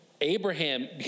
Abraham